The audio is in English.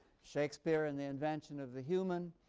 shakespeare and the invention of the human,